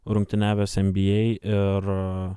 rungtyniavęs en by ei ir